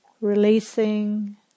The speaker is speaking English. releasing